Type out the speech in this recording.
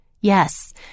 Yes